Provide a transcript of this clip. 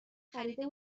خریده